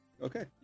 Okay